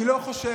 אני לא חושב,